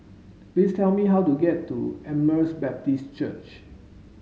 please tell me how to get to Emmaus Baptist Church